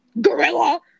gorilla